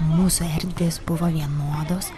mūsų erdvės buvo vienodos